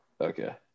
Okay